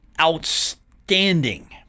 outstanding